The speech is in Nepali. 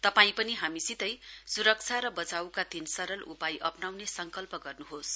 तपाईं पनि हामीसितै सुरक्षा र बचाईका तीन सरल उपाय अप्नाउने संकल्प गर्नुहोस